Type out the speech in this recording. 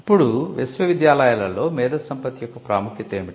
ఇప్పుడు విశ్వవిద్యాలయాలలో మేధోసంపత్తి యొక్క ప్రాముఖ్యత ఏమిటి